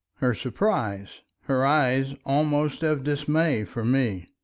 her surprise, her eyes almost of dismay for me.